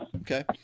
Okay